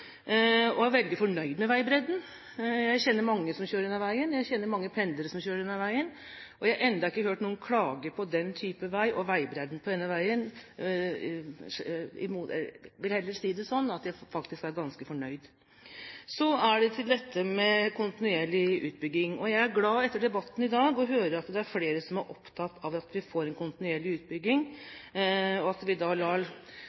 og jeg er veldig fornøyd med veibredden. Jeg kjenner mange som kjører denne veien. Jeg kjenner mange pendlere som kjører denne veien, og jeg har ennå ikke hørt noen klage på den type vei og veibredden på denne veien. Jeg vil heller si det sånn at de faktisk er ganske fornøyd. Så til dette med kontinuerlig utbygging. Jeg er glad for å høre i debatten i dag at det er flere som er opptatt av at vi får en kontinuerlig